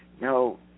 no